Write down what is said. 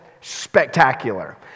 spectacular